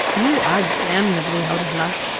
you are damnably out of luck.